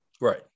Right